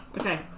Okay